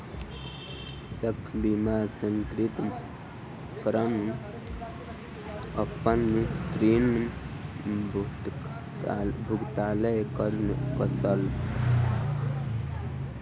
शस्य बीमा सॅ कृषक अपन ऋण भुगतान कय सकल